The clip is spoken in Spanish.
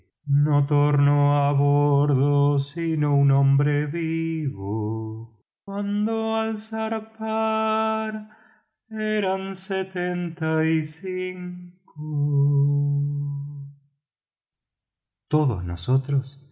zarpar setenta y cinco todos nosotros